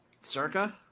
Circa